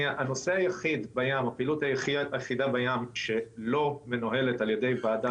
הפעילות היחידה בים שלא מנוהלת על ידי ועדה